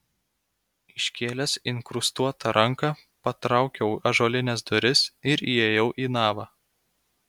iškėlęs inkrustuotą ranką patraukiau ąžuolines duris ir įėjau į navą